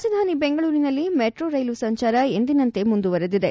ರಾಜಧಾನಿ ಬೆಂಗಳೂರಿನಲ್ಲಿ metro rail ಸಂಚಾರ ಎಂದಿನಂತೆ ಮುಂದುವರಿದಿದೆ